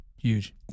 huge